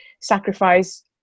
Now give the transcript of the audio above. sacrifice